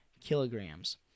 kilograms